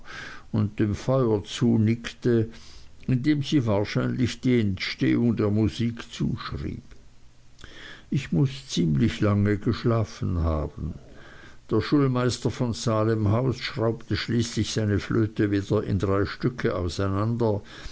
und dem feuer zunickte dem sie wahrscheinlich die entstehung der musik zuschrieb ich muß ziemlich lange geschlafen haben der schulmeister von salemhaus schraubte schließlich seine flöte wieder in drei stücke auseinander